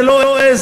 זה לא עז.